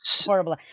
horrible